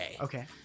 Okay